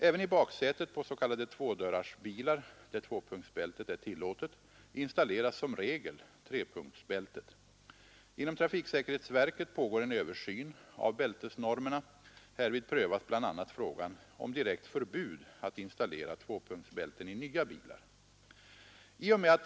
Även i baksätet på s.k. tvådörrarsbilar, där tvåpunktsbältet är tillåtet, installeras som regel trepunktsbältet. Inom trafiksäkerhetsverket pågår en översyn av bältesnormerna. Härvid prövas bl.a. frågan om direkt förbud att installera tvåpunktsbälten i nya bilar.